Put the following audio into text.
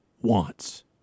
wants